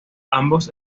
ambos